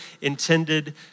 intended